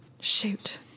shoot